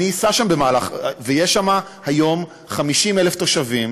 יש שם היום 50,000 תושבים